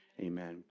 Amen